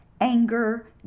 anger